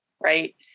right